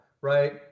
Right